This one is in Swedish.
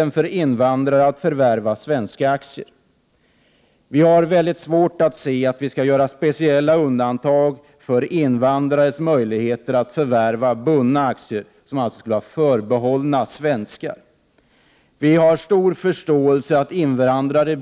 Den behandlar invandrares rätt att förvärva svenska aktier. Vi har mycket svårt att inse att man skall göra speciella undantag när det gäller invandrares möjligheter att förvärva bundna aktier, som alltså skulle vara förbehållna svenskar. Vi har stor förståelse för att invandrare